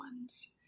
ones